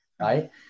right